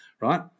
right